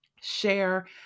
share